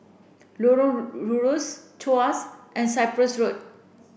Lorong Rusuk Tuas and Cyprus Road